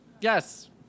Yes